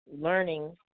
learning